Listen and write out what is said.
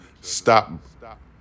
Stop